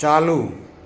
ચાલુ